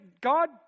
God